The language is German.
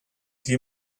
die